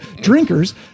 drinkers